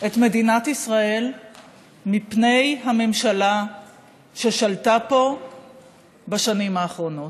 את מדינת ישראל מפני הממשלה ששלטה פה בשנים האחרונות.